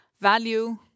value